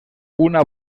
una